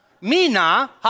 Mina